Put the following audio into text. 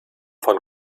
von